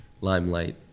Limelight